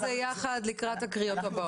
תשבו על זה יחד לקראת הקריאות הבאות.